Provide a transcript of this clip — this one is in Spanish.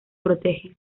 protege